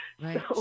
right